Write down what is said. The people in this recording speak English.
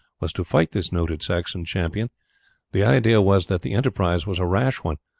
was to fight this noted saxon champion the idea was that the enterprise was a rash one,